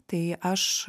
tai aš